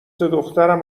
دخترم